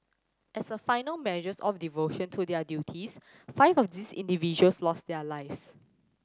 as a final measures of devotion to their duties five of these individuals lost their lives